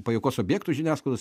pajuokos objektu žiniasklaidos